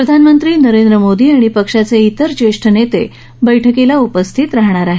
प्रधानमंत्री नरेंद्र मोदी आणि पक्षाचे ज्येष्ठ नेतेही या बैठकीला उपस्थित राहणार आहेत